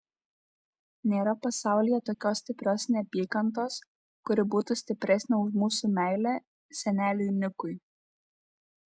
nėra pasaulyje tokios stiprios neapykantos kuri būtų stipresnė už mūsų meilę seneliui nikui